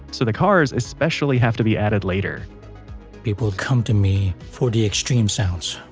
so the cars especially have to be added later people come to me for the extreme sounds.